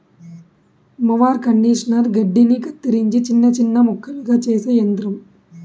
mower conditioner గడ్డిని కత్తిరించి చిన్న చిన్న ముక్కలుగా చేసే యంత్రం